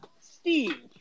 Steve